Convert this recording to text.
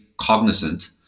cognizant